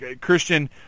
Christian